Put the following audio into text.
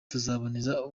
tuzakomeza